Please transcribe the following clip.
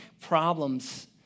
problems